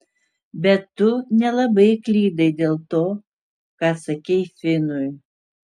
bet tu nelabai klydai dėl to ką sakei finui